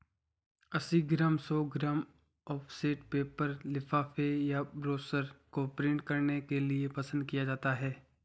अस्सी ग्राम, सौ gram offset paper लिफाफे या ब्रोशर को प्रिंट करने के लिए पसंद किया जाता है